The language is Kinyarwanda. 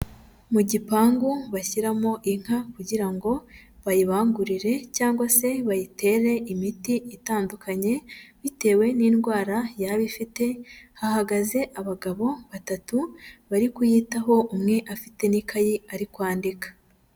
Mu gipangu bashyiramo inka kugira ngo bayibangurire cyangwa se bayitere imiti itandukanye bitewe n'indwara yaba ifite, hahagaze abagabo batatu bari kuyitaho umwe afite n'ikayi ari kwandika.